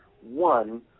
One